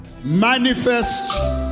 Manifest